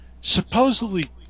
Supposedly